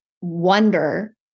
wonder